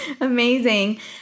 Amazing